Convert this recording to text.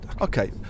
Okay